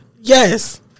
Yes